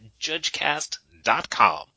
judgecast.com